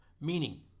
Meaning